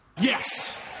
Yes